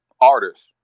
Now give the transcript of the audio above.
artists